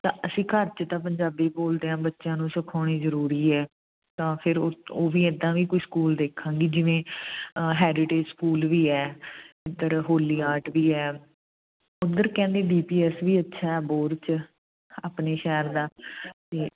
ਤਾਂ ਅਸੀਂ ਘਰ ਚ ਤਾਂ ਪੰਜਾਬੀ ਬੋਲਦੇ ਹਾਂ ਬੱਚਿਆਂ ਨੂੰ ਸਿਖਾਉਣੀ ਜ਼ਰੂਰੀ ਹੈ ਤਾਂ ਫਿਰ ਉਹ ਵੀ ਇੱਦਾਂ ਵੀ ਕੋਈ ਸਕੂਲ ਦੇਖਾਂਗੇ ਜਿਵੇਂ ਹੈਰੀਟੇਜ ਸਕੂਲ ਵੀ ਹੈ ਇਧਰ ਹੋਲੀ ਹਾਰਟ ਵੀ ਹੈ ਉਧਰ ਕਹਿੰਦੇ ਡੀ ਪੀ ਐਸ ਵੀ ਅੱਛਾ ਅਬੋਹਰ 'ਚ ਆਪਣੇ ਸ਼ਹਿਰ ਦਾ ਅਤੇ